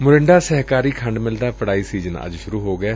ਸੋਰਿੰਡਾ ਸਹਿਕਾਰੀ ਖੰਡ ਮਿੱਲ ਦਾ ਪਿੜਾਈ ਸੀਜਨ ਅੱਜ ਸੁਰੂ ਹੋ ਗਿਐ